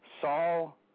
Saul